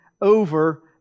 over